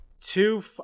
Two